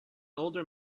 older